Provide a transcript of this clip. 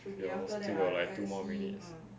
well still got like two more minutes